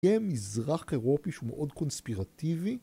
יהיה מזרח אירופי שהוא מאוד קונספירטיבי